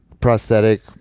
Prosthetic